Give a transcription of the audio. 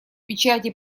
печати